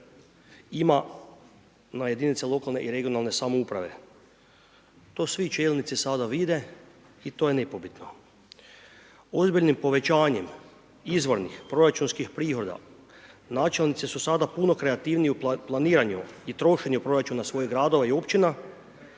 ima na jedinice lokalne i regionalne samouprave. To svi čelnici sada vide i to je nepobitno. Ozbiljnim povećanjem izvornih proračunskih prihoda načelnici su sada puno kreativniji u planiranju i trošenju proračuna svojih gradova i općina,